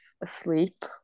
asleep